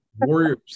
warriors